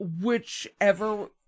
whichever